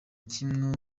kimwe